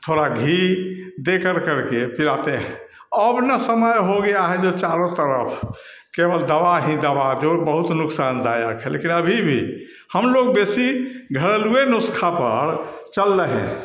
थोड़ा घी देकर कर के पिलाते हैं अब ना समय हो गया है जो चारों तरफ केवल दवा ही दवा जो बहुत नुकसानदायक है लेकिन अभी भी हम लोग वैसी घरेलु नुस्खा पर चल रहे हैं